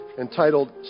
entitled